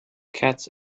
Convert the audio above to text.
cats